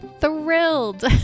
thrilled